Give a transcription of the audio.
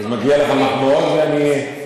זה כן.